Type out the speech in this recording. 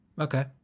Okay